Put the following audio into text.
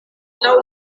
laŭ